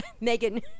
Megan